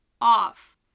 off